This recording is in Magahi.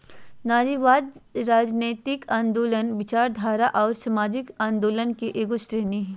नारीवाद, राजनयतिक आन्दोलनों, विचारधारा औरो सामाजिक आंदोलन के एगो श्रेणी हइ